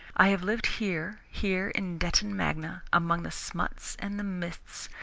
i have lived here, here in detton magna, among the smuts and the mists,